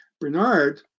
Bernard